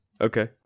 Okay